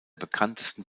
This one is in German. bekanntesten